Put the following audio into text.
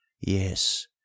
Yes